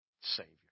Savior